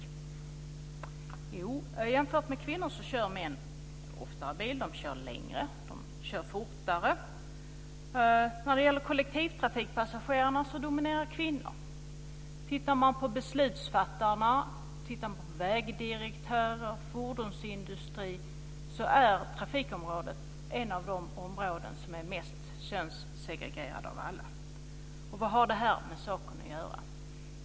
Jo, jämfört med kvinnor kör män oftare bil. De kör längre. De kör fortare. När det gäller kollektivtrafikpassagerarna dominerar kvinnor. Tittar man på beslutsfattarna, vägdirektörer och fordonsindustri ser man att trafikområdet är ett av de områden som är mest könssegregerade av alla. Vad har detta med saken att göra?